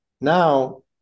now